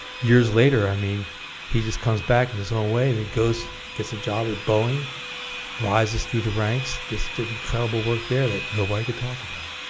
years later i mean he just comes back in his own way and he goes gets a job at boeing rises through the ranks just did incredible work there that nobody could talk about